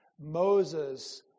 Moses